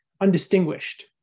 undistinguished